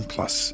Plus